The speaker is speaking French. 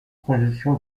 congestion